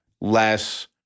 less